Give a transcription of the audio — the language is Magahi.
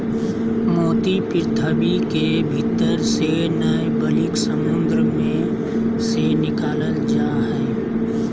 मोती पृथ्वी के भीतर से नय बल्कि समुंद मे से निकालल जा हय